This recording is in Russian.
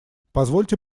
позвольте